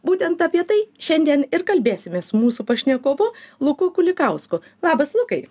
būtent apie tai šiandien ir kalbėsimės su mūsų pašnekovu luku kulikausku labas lukai